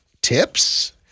Tips